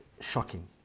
shocking